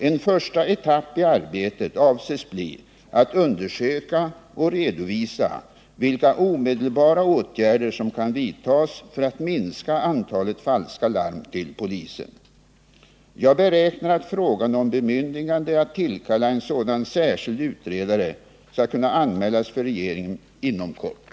En första etapp i arbetet avses bli att undersöka och redovisa vilka omedelbara åtgärder som kan vidtas för att minska antalet falska larm till polisen. Jag beräknar att frågan om bemyndigande att tillkalla en sådan särskild utredare skall kunna anmälas för regeringen inom kort.